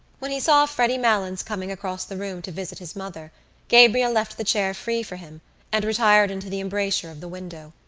when he saw freddy malins coming across the room to visit his mother gabriel left the chair free for him and retired into the embrasure of the window.